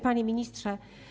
Panie Ministrze!